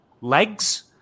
legs